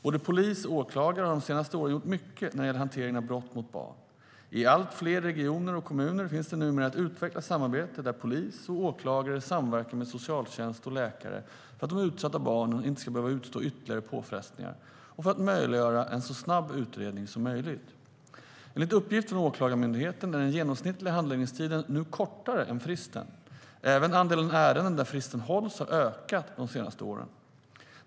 Både polis och åklagare har de senaste åren gjort mycket när det gäller hanteringen av brott mot barn. I allt fler regioner och kommuner finns det numera ett utvecklat samarbete där polis och åklagare samverkar med socialtjänst och läkare för att de utsatta barnen inte ska behöva utstå ytterligare påfrestningar, och för att möjliggöra en så snabb utredning som möjligt. Enligt uppgift från Åklagarmyndigheten är den genomsnittliga handläggningstiden nu kortare än fristen. Även andelen ärenden där fristen hålls har ökat de senaste åren.